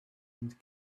and